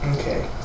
Okay